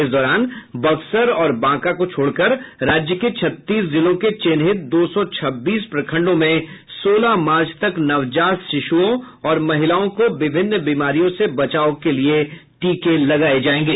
इस दौरान बक्सर और बांका को छोड़कर राज्य के छत्तीस जिलों के चिन्हित दो सौ छब्बीस प्रखंडों में सोलह मार्च तक नवजात शिशुओं और महिलाओं को विभिन्न बीमारियों से बचाव के लिये टीके लगाये जायेंगे